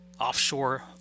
offshore